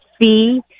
fee